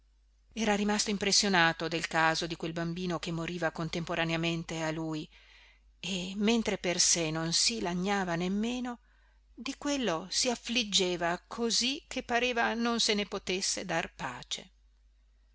era rimasto impressionato del caso di quel bambino che moriva contemporaneamente a lui e mentre per sé non si lagnava nemmeno di quello si affliggeva così che pareva non se ne potesse dar pace